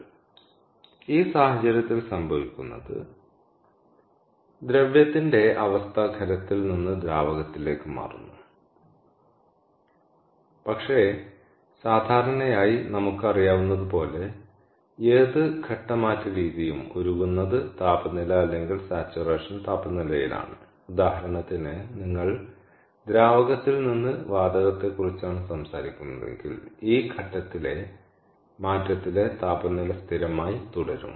അതിനാൽ ഈ സാഹചര്യത്തിൽ സംഭവിക്കുന്നത് ദ്രവ്യത്തിന്റെ അവസ്ഥ ഖരത്തിൽ നിന്ന് ദ്രാവകത്തിലേക്ക് മാറുന്നു പക്ഷേ സാധാരണയായി നമുക്ക് അറിയാവുന്നതുപോലെ ഏത് ഘട്ട മാറ്റ രീതിയും ഉരുകുന്നത് താപനില അല്ലെങ്കിൽ സാച്ചുറേഷൻ താപനിലയാണ് ഉദാഹരണത്തിന് നിങ്ങൾ ദ്രാവകത്തിൽ നിന്ന് വാതകത്തെക്കുറിച്ചാണ് സംസാരിക്കുന്നതെങ്കിൽ ഈ ഘട്ടത്തിലെ മാറ്റത്തിലെ താപനില സ്ഥിരമായി തുടരും